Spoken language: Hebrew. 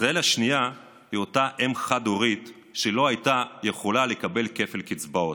ישראל השנייה היא אותה אם חד-הורית שלא הייתה יכולה לקבל כפל קצבאות.